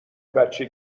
بچه